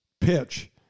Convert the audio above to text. pitch